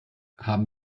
haben